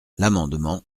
l’amendement